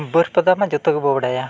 ᱵᱟᱹᱨᱯᱟᱫᱟᱢᱟ ᱡᱚᱛᱚ ᱜᱮᱵᱚ ᱵᱟᱰᱟᱭᱟ